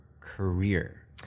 career